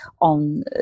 on